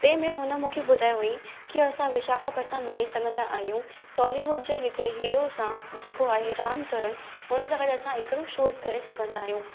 ते में हुन मूंखे ॿुधायो हुयईं कि असां विशाखापटनम वञी सघंदा आहियूं टॉलीवुड जे हिकिड़े हीरो सां जेको आहे रामचरण उन सां गॾु असां हिकिड़ो शूट करे सघंदा आहियूं